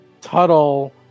Tuttle